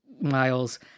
miles